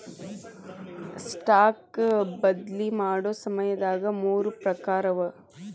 stock ಬದ್ಲಿ ಮಾಡೊ ಸಮಯದಾಗ ಮೂರ್ ಪ್ರಕಾರವ